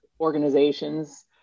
organizations